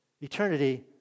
Eternity